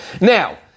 Now